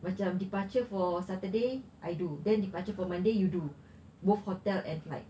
macam departure for saturday I do then departure for monday you do both hotel and flight